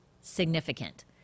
significant